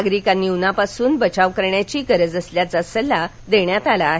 नागरिकांनी उन्हापासून बचाव करण्याची गरज असल्याचा सल्ला देण्यात आला आहे